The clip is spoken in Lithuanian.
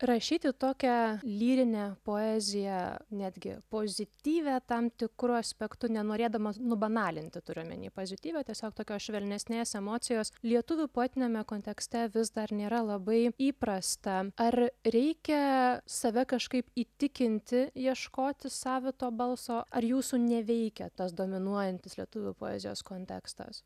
rašyti tokią lyrinę poeziją netgi pozityvią tam tikru aspektu nenorėdamas nubanalinti turiu omeny pozityvo tiesiog tokios švelnesnės emocijos lietuvių poetiniame kontekste vis dar nėra labai įprasta ar reikia save kažkaip įtikinti ieškoti savito balso ar jūsų neveikia tas dominuojantis lietuvių poezijos kontekstas